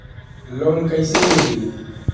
Loan कइसे मिलि?